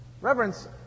Reverence